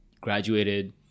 graduated